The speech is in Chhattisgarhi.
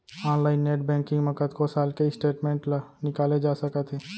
ऑनलाइन नेट बैंकिंग म कतको साल के स्टेटमेंट ल निकाले जा सकत हे